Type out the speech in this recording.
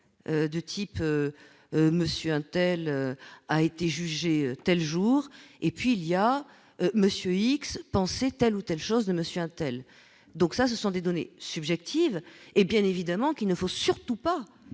de type monsieur untel a été jugée telle jour et puis il y a Monsieur X pensée telle ou telle chose de monsieur untel, donc ça ce sont des données subjectives et bien évidemment qu'il ne faut surtout pas